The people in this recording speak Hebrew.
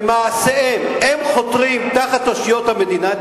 במעשיהם הם חותרים תחת אושיות המדינה.